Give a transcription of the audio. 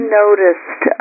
noticed